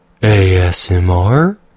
ASMR